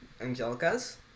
Angelica's